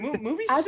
movies